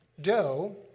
dough